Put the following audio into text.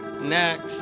next